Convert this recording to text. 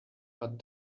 but